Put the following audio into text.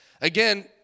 Again